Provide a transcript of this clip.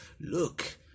look